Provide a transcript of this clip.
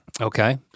Okay